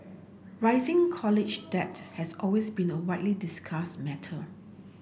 rising college debt has always been a widely discussed matter